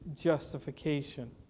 justification